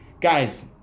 guys